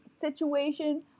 situation